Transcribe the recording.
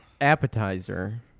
appetizer